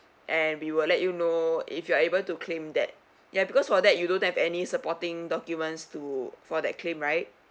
and we will let you know if you are able to claim that ya because for that you don't have any supporting documents to for that claim right